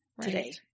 today